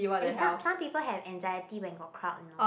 eh some some people got anxiety when got crowd you know